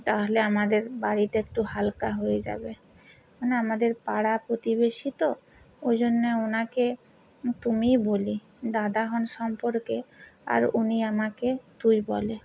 তাহলে আমাদের বাড়িটা একটু হালকা হয়ে যাবে মানে আমাদের পাড়া প্রতিবেশী তো ওই জন্যে ওনাকে তুমিই বলি দাদা হন সম্পর্কে আর উনি আমাকে তুই বলে